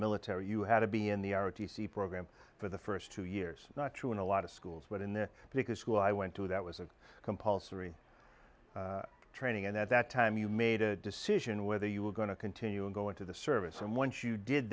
military you had to be in the r t c program for the st two years not true in a lot of schools but in the because school i went to that was a compulsory training and at that time you made a decision whether you were going to continue and go into the service and once you did